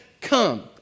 come